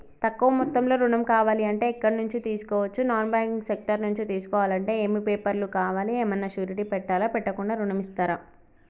తక్కువ మొత్తంలో ఋణం కావాలి అంటే ఎక్కడి నుంచి తీసుకోవచ్చు? నాన్ బ్యాంకింగ్ సెక్టార్ నుంచి తీసుకోవాలంటే ఏమి పేపర్ లు కావాలి? ఏమన్నా షూరిటీ పెట్టాలా? పెట్టకుండా ఋణం ఇస్తరా?